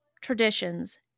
traditions